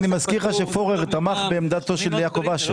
אני מזכיר לך שפורר תמך בעמדתו של יעקב אשר.